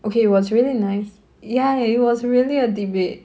okay it was really nice ya it was really a debate